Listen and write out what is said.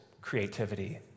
creativity